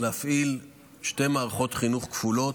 להפעיל שתי מערכות חינוך, כפולות,